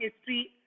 history